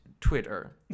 Twitter